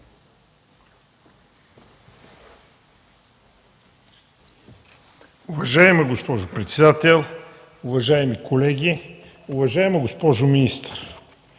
Уважаема госпожо председател, уважаеми колеги! Уважаема госпожо министър,